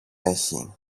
έχει